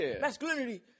masculinity